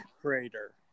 crater